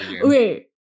Wait